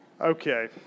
Okay